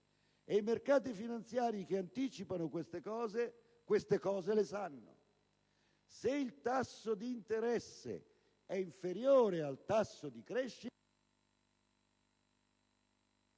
E i mercati finanziari che anticipano queste cose, queste cose le sanno. Se il tasso di crescita è superiore al tasso di interesse,